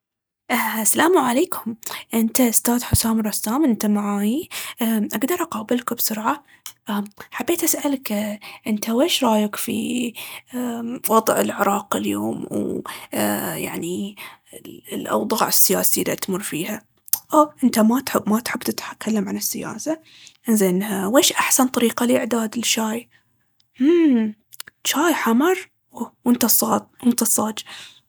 اهه السلام عليكم، انت أستاذ حسام رسام انت معايي؟ أمم أقدر أقابلك بسرعة؟ أم حبيت اسألك انت ويش رايك في أمم وضع العراق اليوم؟ و أ- يعني الأوضاع السياسية التي تمر فيها؟ أوه إنت ما تحب- ما تحب تتكلم عن السياسة؟ إنزين ويش أحسن طريقة لإعداد الشاي؟ مممممم، جاي حمر؟ وإنته الصاج وإنته الصاج.